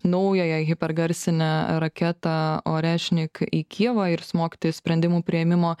naująją hipergarsinę raketą orešnik į kyjivą ir smogti sprendimų priėmimo